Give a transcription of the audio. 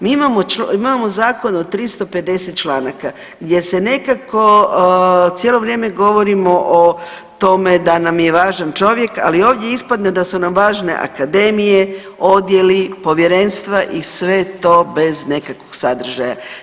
Mi imamo zakon o 250 članaka, gdje se nekako cijelo vrijeme govorimo o tome da nam je važan čovjek, ali ovdje ispadne da su nam važne akademije, odjeli, povjerenstva i sve to bez nekakvog sadržaja.